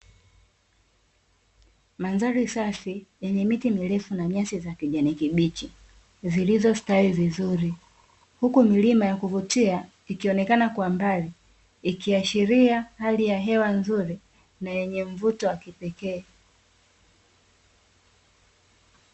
Mandhari safi yenye miti mirefu na nyasi za kijani kibichi, zilizostawi vizuri, huku milima ya kuvutia ikionekana kwa mbali ikiashiria hali ya hewa nzuri, na yenye mvuto wa kipekee.